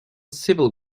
civil